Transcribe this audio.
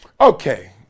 Okay